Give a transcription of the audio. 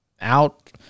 out